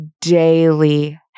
daily